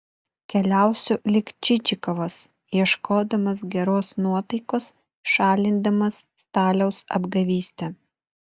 keliausiu lyg čičikovas ieškodamas geros nuotaikos šalindamas staliaus apgavystę